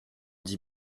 dit